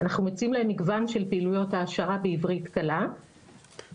אנחנו מציעים להם מגוון של פעילויות העשרה בעברית קלה בזום,